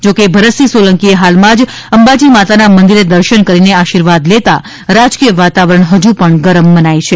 જોકે શ્રી ભરતસિંહ સોલંકીએ હાલમાં જ અંબાજી માતાના મંદીરે દર્શન કરીને આશીર્વાદ લેતા રાજકીય વાતાવરણ હજુ પણ ગરમ મનાય છે